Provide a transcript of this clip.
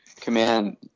command